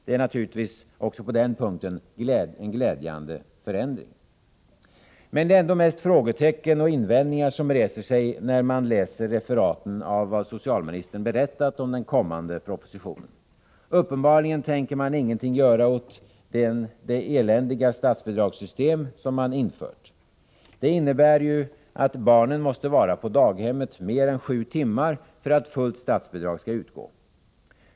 Det är naturligtvis också det en glädjande förändring. Men det är ändå mest frågetecken och invändningar som reses när man läser referaten av vad socialministern berättat om den kommande propositionen. Uppenbarligen tänker man ingenting göra åt det eländiga statsbidragssystem man infört. Det innebär att barnen måste var på daghemmet mer än sju timmar för att fullt statsbidrag skall utgå.